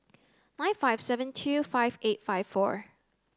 nine five seven two five eight five four